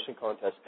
contest